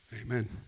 Amen